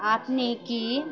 আপনি কি